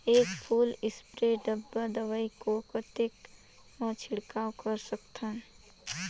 एक full spray डब्बा दवाई को कतेक म छिड़काव कर सकथन?